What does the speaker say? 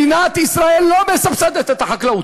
מדינת ישראל לא מסבסדת את החקלאות.